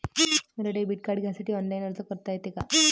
मले debit card घ्यासाठी online अर्ज करता येते का?